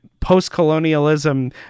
post-colonialism